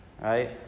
right